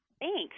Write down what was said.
Thanks